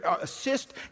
assist